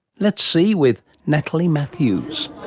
let's see, with natalie matthews.